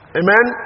amen